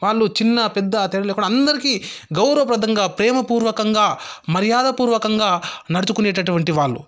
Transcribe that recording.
వాళ్ళు చిన్నా పెద్దా తేడాలేకుండా అందరికి గౌరవప్రదంగా ప్రేమ పూర్వకంగా మర్యాదపూర్వకంగా నడుచుకునేటటువంటి వాళ్ళు